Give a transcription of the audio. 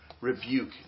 rebuke